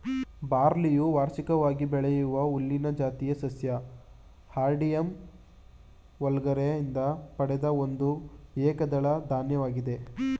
ಬಾರ್ಲಿಯು ವಾರ್ಷಿಕವಾಗಿ ಬೆಳೆಯುವ ಹುಲ್ಲಿನ ಜಾತಿಯ ಸಸ್ಯ ಹಾರ್ಡಿಯಮ್ ವಲ್ಗರೆ ಯಿಂದ ಪಡೆದ ಒಂದು ಏಕದಳ ಧಾನ್ಯವಾಗಿದೆ